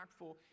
impactful